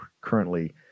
currently